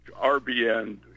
RBN